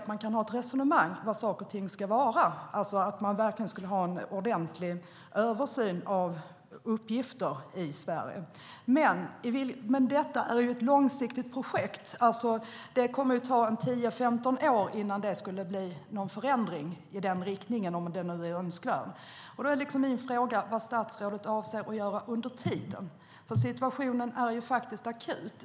Man kan ha ett resonemang om vad saker och ting ska vara, alltså en ordentlig översyn av uppgifter i Sverige. Detta är dock ett långsiktigt projekt. Det kommer att ta 10-15 år innan det skulle bli en förändring i den riktningen, om det nu är önskvärt. Vad avser statsrådet att göra under tiden? Situationen är faktiskt akut.